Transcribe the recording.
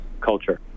culture